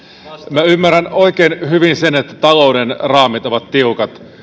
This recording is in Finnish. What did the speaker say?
minä ymmärrän oikein hyvin sen että talouden raamit ovat tiukat